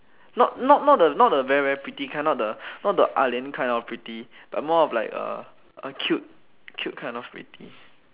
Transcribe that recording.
not not not not the very very pretty kind not the not the ah-lian kind of pretty but more of like a a cute cute kind of pretty